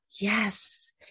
yes